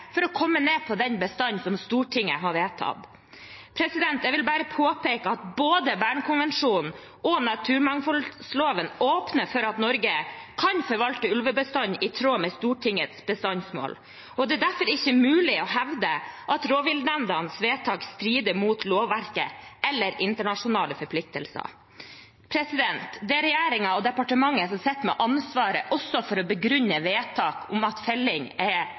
for å komme ned på bestandsmålet som Stortinget har vedtatt, ikke har blitt tatt ut. Jeg vil bare påpeke at både Bernkonvensjonen og naturmangfoldloven åpner for at Norge kan forvalte ulvebestanden i tråd med Stortingets bestandsmål. Det er derfor ikke mulig å hevde at rovviltnemndenes vedtak strider mot lovverket eller internasjonale forpliktelser. Det er regjeringen og departementet som sitter med ansvaret også for å begrunne vedtak om felling